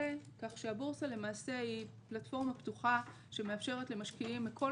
כך שהבורסה היא למעשה פלטפורמה פתוחה שמאפשרת למשקיעים מכל